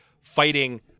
fighting-